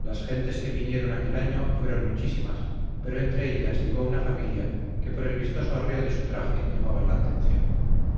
las gentes que vinieron aquel año fueron muchísimas pero entre ellas llegó una familia que por el vistoso arreo de su traje llamaba la atención